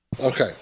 okay